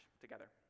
together